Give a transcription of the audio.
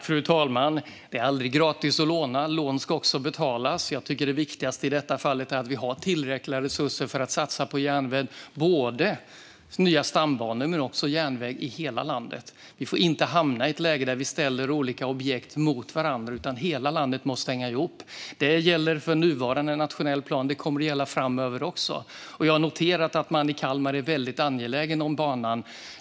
Fru talman! Det är aldrig gratis att låna. Lån ska också betalas. Jag tycker att det viktigaste i detta fall är att vi har tillräckliga resurser för att satsa både på nya stambanor och på järnväg i hela landet. Vi får inte hamna i ett läge där vi ställer olika objekt mot varandra, utan hela landet måste hänga ihop. Det gäller för nuvarande nationell plan, och det kommer att gälla framöver. Jag har noterat att man i Kalmar är väldigt angelägen om banan.